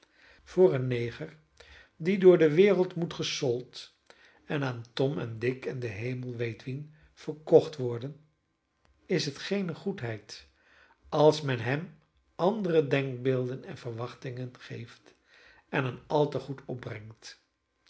voor een neger die door de wereld moet gesold en aan tom en dick en de hemel weet wien verkocht worden is het geene goedheid als men hem andere denkbeelden en verwachtingen geeft en hem al te goed opbrengt